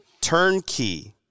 Turnkey